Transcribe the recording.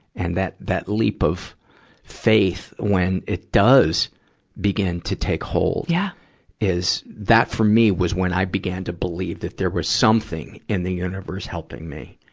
and that, that leap of faith when it does begin to take hold yeah is that, for me, was when i began to believe that there was something in the universe helping me.